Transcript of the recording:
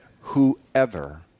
whoever